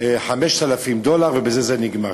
5,000 דולר, ובזה זה נגמר.